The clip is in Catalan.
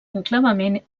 enclavament